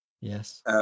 Yes